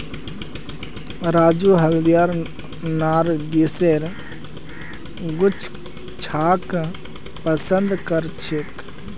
राजू हल्दिया नरगिसेर गुच्छाक पसंद करछेक